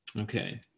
Okay